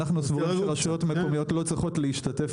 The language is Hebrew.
אנחנו סבורים שרשויות מקומיות לא צריכות להשתתף